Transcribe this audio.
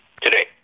today